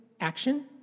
action